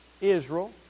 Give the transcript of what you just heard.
Israel